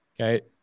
okay